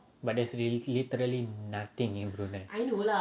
but there's literally nothing in brunei